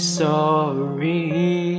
sorry